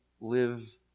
live